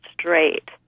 straight